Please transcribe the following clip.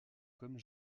comme